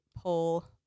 pull